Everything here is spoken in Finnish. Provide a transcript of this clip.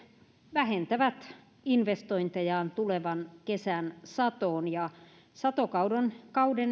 vähentävät investointejaan tulevan kesän satoon ja satokauden